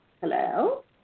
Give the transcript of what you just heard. Hello